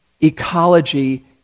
ecology